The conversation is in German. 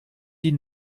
die